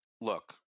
look